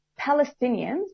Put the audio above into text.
Palestinians